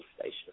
station